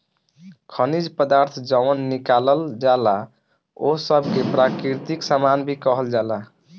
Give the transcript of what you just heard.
खनिज पदार्थ जवन निकालल जाला ओह सब के प्राकृतिक सामान भी कहल जाला